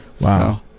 wow